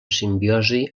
simbiosi